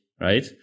Right